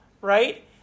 right